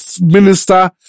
minister